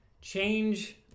change